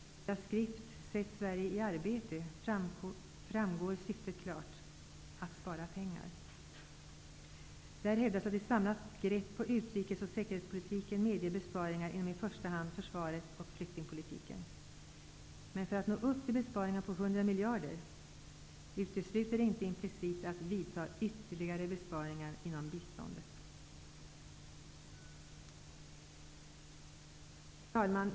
I deras skrift ''Sätt Sverige i arbete'' framgår syftet klart: att spara pengar. Där hävdas att ett samlat grepp på utrikes och säkerhetspolitiken medger besparingar inom i första hand försvaret och flyktingpolitiken. Men att nå upp till besparingar på 100 miljarder utesluter inte implicit att vidta ytterligare besparingar inom biståndet. Herr talman!